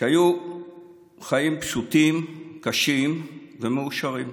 שהיו חיים פשוטים, קשים ומאושרים.